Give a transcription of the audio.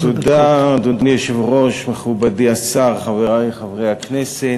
אדוני היושב-ראש, מכובדי השר, חברי חברי הכנסת,